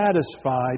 satisfied